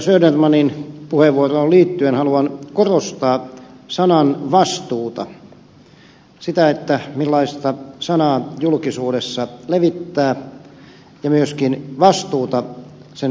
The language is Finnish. södermanin puheenvuoroon liittyen haluan korostaa sananvastuuta sitä millaista sanaa julkisuudessa levittää ja myöskin vastuuta sen seurauksista